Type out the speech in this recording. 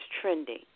trending